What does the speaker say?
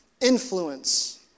Influence